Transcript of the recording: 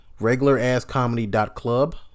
regularasscomedy.club